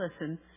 listen